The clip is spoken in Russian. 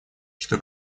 что